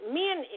men